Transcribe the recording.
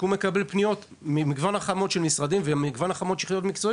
כי הוא מקבל פניות ממגוון רחב מאוד של משרדים ויחידות מקצועית.